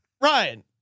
Ryan